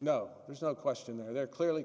no there's no question there there clearly